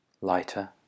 lighter